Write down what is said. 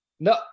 no